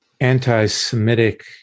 anti-Semitic